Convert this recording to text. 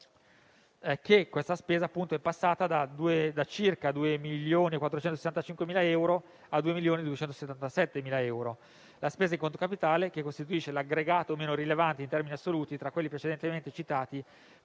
il 2020, che è passata da circa 2.465.013,75 euro a 2.277.204,10. La spesa in conto capitale, che costituisce l'aggregato meno rilevante in termini assoluti tra quelli precedentemente citati,